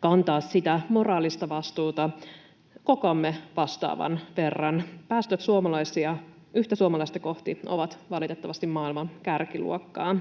kantaa moraalista vastuuta kokoamme vastaavan verran. Päästöt yhtä suomalaista kohti ovat valitettavasti maailman kärkiluokkaa.